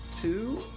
two